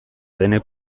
denek